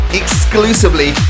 exclusively